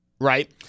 Right